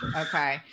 okay